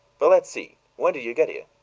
but let's see when did you get here?